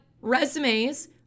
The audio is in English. resumes